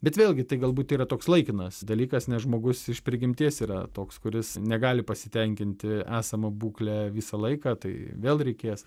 bet vėlgi tai galbūt yra toks laikinas dalykas nes žmogus iš prigimties yra toks kuris negali pasitenkinti esama būkle visą laiką tai vėl reikės